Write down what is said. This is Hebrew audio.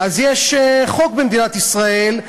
יש חוק במדינת ישראל,